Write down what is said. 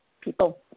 people